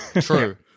True